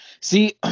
See